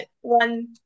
one